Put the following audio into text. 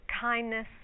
kindness